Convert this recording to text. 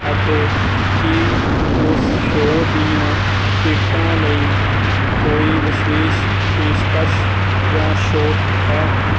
ਅਤੇ ਕੀ ਉਸ ਸ਼ੋਅ ਦੀਆਂ ਟਿਕਟਾਂ ਲਈ ਕੋਈ ਵਿਸ਼ੇਸ਼ ਪੇਸ਼ਕਸ਼ ਜਾਂ ਛੋਟ ਹੈ